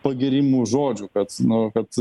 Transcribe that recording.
pagyrimų žodžių kad nu kad